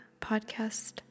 podcast